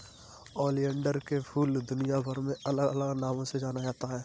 oleander के फूल दुनियाभर में अलग अलग नामों से जाना जाता है